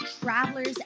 travelers